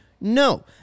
no